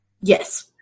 Yes